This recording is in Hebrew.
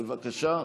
בבקשה.